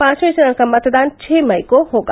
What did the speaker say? पांचवें चरण का मतदान छह मई को होगा